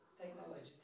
technology